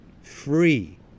Free